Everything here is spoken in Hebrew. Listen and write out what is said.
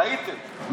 טעיתם.